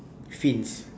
fins